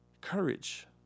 courage